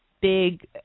big